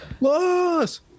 Loss